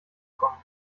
kommen